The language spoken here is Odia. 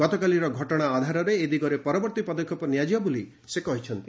ଗତକାଲିର ଘଟଣା ଆଧାରରେ ଏ ଦିଗରେ ପରବର୍ତ୍ତୀ ପଦକ୍ଷେପ ନିଆଯିବ ବୋଲି ସେ କହିଛନ୍ତି